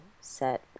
set